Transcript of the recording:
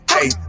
hey